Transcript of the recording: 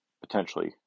potentially